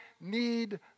need